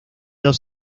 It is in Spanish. dos